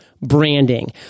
branding